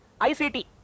ICT